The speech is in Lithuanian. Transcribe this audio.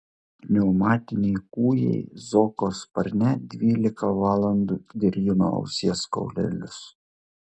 pneumatiniai kūjai zoko sparne dvylika valandų dirgino ausies kaulelius